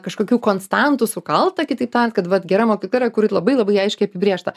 kažkokių konstantų sukalta kitaip tariant kad vat gera mokykla yra kuri labai labai aiškiai apibrėžta